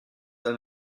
eine